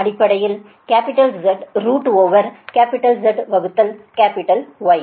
அடிப்படையில் capital Z root over capital Z வகுத்தல் capital Y